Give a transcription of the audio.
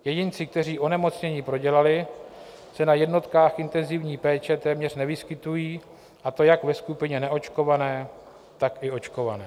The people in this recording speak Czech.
Jedinci, kteří onemocnění prodělali, se na jednotkách intenzivní péče téměř nevyskytují, a to jak ve skupině neočkované, tak i očkované.